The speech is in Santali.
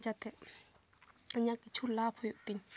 ᱡᱟᱛᱮ ᱤᱧᱟᱹᱜ ᱠᱤᱪᱷᱩ ᱞᱟᱵᱷ ᱦᱩᱭᱩᱜ ᱛᱤᱧ